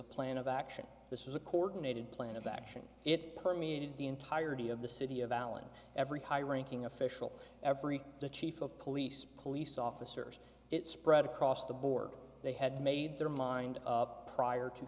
a plan of action this is a coordinated plan of action it permeated the entirety of the city of allen every high ranking official every the chief of police police officers it spread across the board they had made their mind up prior to